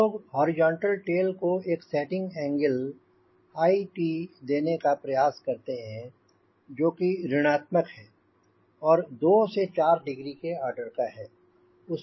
हम लोग horizontal tail को एक सेटिंग एंगल 𝑖t देने का प्रयास करते हैं जो कि ऋण आत्मक है और 2 से 4 डिग्री के आर्डर का है